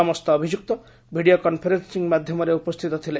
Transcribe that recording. ସମସ୍ତ ଅଭିଯୁକ୍ତ video conferencing ମାଧ୍ୟମରେ ଉପସ୍ଥିତ ଥିଲେ